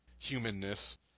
humanness